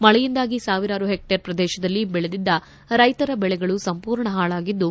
ಮಳೆಯಿಂದಾಗಿ ಸಾವಿರಾರು ಹೆಕ್ಷೇರ್ ಪ್ರದೇಶದಲ್ಲಿ ಬೆಳೆದಿದ್ದ ರೈತರ ಬೆಳೆಗಳು ಸಂಪೂರ್ಣ ಹಾಳಾಗಿದ್ದು